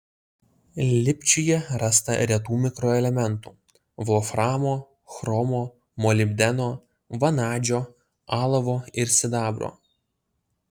lipčiuje rasta retų mikroelementų volframo chromo molibdeno vanadžio alavo ir sidabro